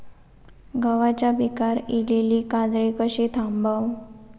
गव्हाच्या पिकार इलीली काजळी कशी थांबव?